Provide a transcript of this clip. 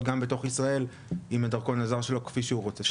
גם בתוך ישראל עם הדרכון הזר שלו כפי שהוא רוצה,